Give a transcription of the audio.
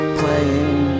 playing